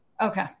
Okay